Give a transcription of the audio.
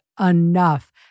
enough